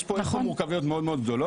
יש פה מורכבות מאוד גדולה,